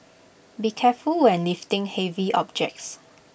be careful when lifting heavy objects